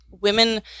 women